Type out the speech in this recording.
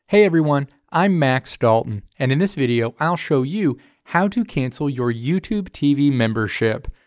hey everyone. i'm max dalton, and in this video i'll show you how to cancel your youtube tv membership.